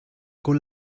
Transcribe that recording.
con